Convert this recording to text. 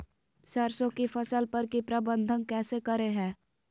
सरसों की फसल पर की प्रबंधन कैसे करें हैय?